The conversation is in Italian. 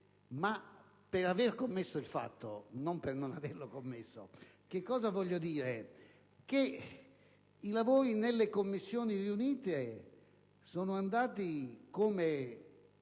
per aver commesso il fatto, e non per non averlo commesso. Voglio dire cioè che i lavori nelle Commissioni riunite sono andati come